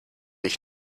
ich